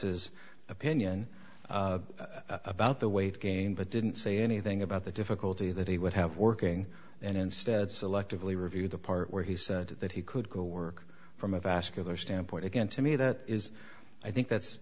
is opinion about the weight gain but didn't say anything about the difficulty that he would have working and instead selectively reviewed the part where he said that he could go work from a vascular standpoint again to me that is i think that's